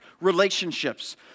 relationships